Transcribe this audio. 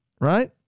Right